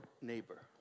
neighbor